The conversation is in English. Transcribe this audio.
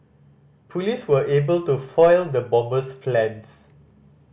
police were able to foil the bomber's plans